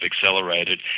accelerated